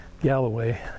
Galloway